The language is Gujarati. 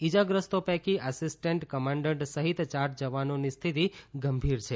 ઈજાગ્રસ્તો પૈકી અસિસ્ટન્ટ કમાન્ડન્ટ સહિત ચાર જવાનોની સ્થિતિ ગંભીર છે